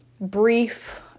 brief